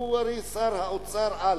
הרי הוא שר אוצר-על,